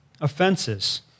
offenses